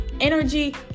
energy